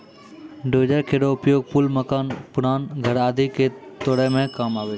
dozer केरो उपयोग पुल, मकान, पुराना घर आदि क तोरै म काम आवै छै